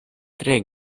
tre